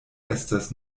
estas